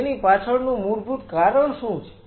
તેની પાછળનું મૂળભૂત કારણ શું છે